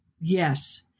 yes